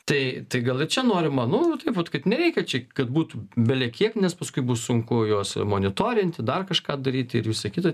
tai tai gal ir čia norima nu taip vat kad nereikia čia kad būtų belekiek nes paskui bus sunku juos monitorinti dar kažką daryti ir visa kita